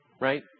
right